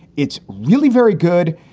it's really very good.